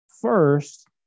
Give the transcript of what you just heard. first